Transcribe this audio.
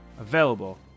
available